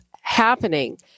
happening